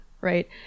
right